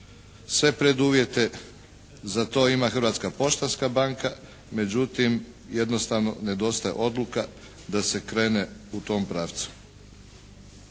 Sve preduvjete za to ima Hrvatska poštanska banka, međutim, jednostavno nedostaje odluka da se krene u tom pravcu.